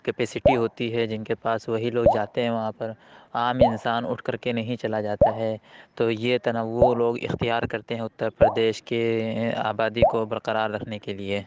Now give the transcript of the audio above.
capacity ہوتی ہے جن کے پاس وہی لوگ جاتے ہیں وہاں پر عام انسان اٹھ کر کے نہیں چلا جاتا ہے تو یہ تنوع لوگ اختیار کرتے ہیں اتر پردیش کے آبادی کو برقرار رکھنے کے لیے